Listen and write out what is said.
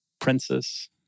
Princess